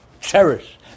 cherish